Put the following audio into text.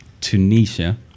Tunisia